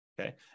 Okay